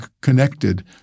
connected